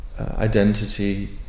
Identity